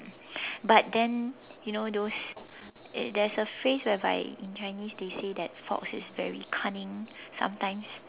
but then you know those there's a phrase whereby in Chinese they say that fox is very cunning sometimes